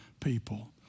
people